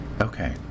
Okay